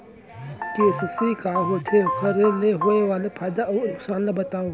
KCC का होथे, ओखर ले होय वाले फायदा अऊ नुकसान ला बतावव?